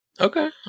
Okay